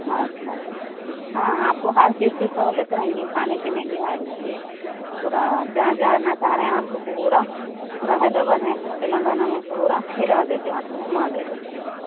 اچھا ہاں آپ کو ہر چیز کی سہولیتیں ہوں گی کھانے پینے کی ہر پورا جہاں جہاں آنا چاہ رہے ہیں آپ کو پورا پورا حیدر آباد میں تلنگانہ میں پورا پھرا دیتے آپ کو گُھما دیتے